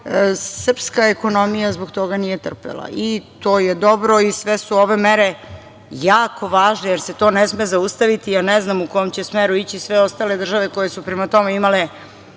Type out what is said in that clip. srpska ekonomija zbog toga nije trpela. To je dobro i sve su ove mere jako važne, jer se to ne sme zaustaviti. Ja ne znam u kom će smeru ići sve ostale države koje su prema tome imale